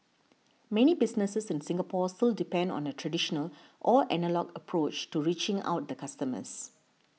many businesses in Singapore still depend on a traditional or analogue approach to reaching out to customers